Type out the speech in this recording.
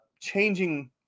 changing